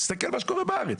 תסתכל מה שקורה בארץ.